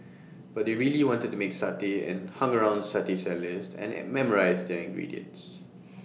but he really wanted to make satay and hung around satay sellers and an memorised their ingredients